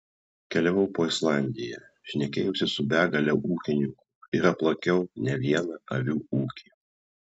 keliavau po islandiją šnekėjausi su begale ūkininkų ir aplankiau ne vieną avių ūkį